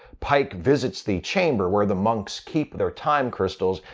pike visits the chamber where the monks keep their time crystals,